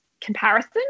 comparison